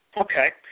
Okay